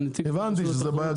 הבנתי שזו בעיה,